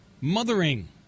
Mothering